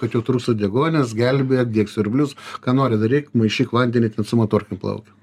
kad jau trūksta deguonies gelbėk dėk siurblius ką nori daryk maišyk vandenį ten su motorkėm plaukiok